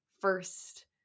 first